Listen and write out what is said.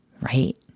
right